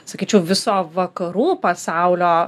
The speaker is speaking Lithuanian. sakyčiau viso vakarų pasaulio